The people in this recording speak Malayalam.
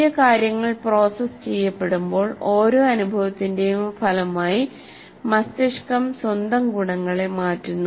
പുതിയ കാര്യങ്ങൾ പ്രോസസ്സ് ചെയ്യപ്പെടുമ്പോൾ ഓരോ അനുഭവത്തിന്റെയും ഫലമായി മസ്തിഷ്കം സ്വന്തം ഗുണങ്ങളെ മാറ്റുന്നു